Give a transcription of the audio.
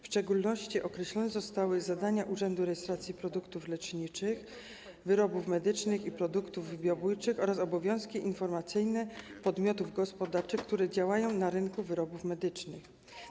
W szczególności określone zostały zadania Urzędu Rejestracji Produktów Leczniczych, Wyrobów Medycznych i Produktów Biobójczych oraz obowiązki informacyjne podmiotów gospodarczych, które działają na rynku wyrobów medycznych.